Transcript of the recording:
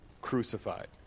crucified